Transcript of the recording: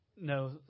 no